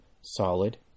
solid